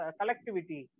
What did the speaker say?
collectivity